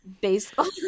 baseball